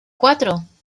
cuatro